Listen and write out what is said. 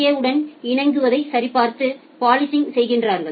ஏ உடன் இணங்குவதை சரிபார்த்து போலீசிங் செய்கிறார்கள்